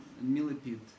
millipede